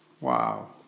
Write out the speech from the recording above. wow